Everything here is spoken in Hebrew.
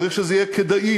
צריך שזה יהיה כדאי.